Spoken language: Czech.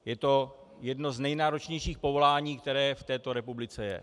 Je to jedno z nejnáročnějších povolání, které v této republice je.